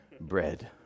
bread